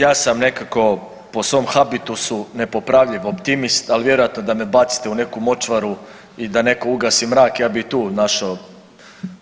Ja sam nekako po svom habitusu nepopravljiv optimist, ali vjerojatno, da me bacite u neku močvaru i da netko ugasi mrak, ja bih i tu našao